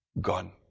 gone